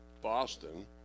Boston